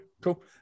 cool